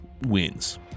wins